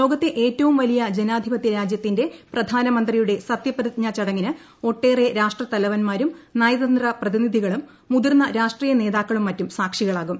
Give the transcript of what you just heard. ലോകത്തെ ഏറ്റവും വലിയ ജനാധിപത്യ രാജ്യത്തിന്റെ പ്രക്ടന്റമ്ന്തിയുടെ സത്യപ്രതിജ്ഞാ ചടങ്ങിന് ഒട്ടേറെ രാഷ്ട്രത്തല്പ്മാ്ടാരും നയതന്ത്ര പ്രതിനിധികളും മുതിർന്ന രാഷ്ട്രീയ ദ്നേത്യർക്കളും മറ്റും സാക്ഷികളാകും